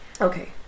Okay